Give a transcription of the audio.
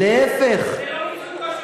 אפילו אחד לא.